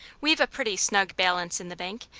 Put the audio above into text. we've a pretty snug balance in the bank,